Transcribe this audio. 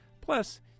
Plus